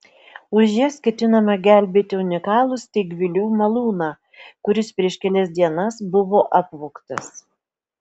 už jas ketinama gelbėti unikalų steigvilių malūną kuris prieš kelias dienas buvo apvogtas